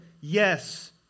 Yes